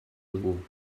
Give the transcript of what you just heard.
dugu